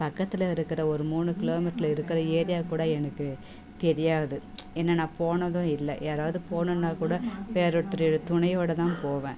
பக்கத்தில் இருக்கிற ஒரு மூணு கிலோமீட்டரில் இருக்கிற ஏரியா கூட எனக்கு தெரியாது ஏன்னால் நான் போனதும் இல்லை யாராவது போகணும்னா கூட வேறு ஒருத்தரோடய துணையோடய தான் போவேன்